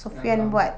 yang dekat